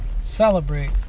celebrate